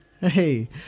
Hey